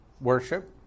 worship